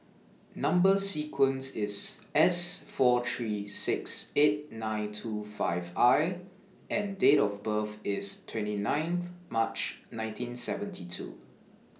Number sequence IS S four three six eight nine two five I and Date of birth IS twenty nine March nineteen seventy two